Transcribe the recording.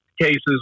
cases